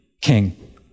king